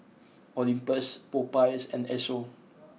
Olympus Popeyes and Esso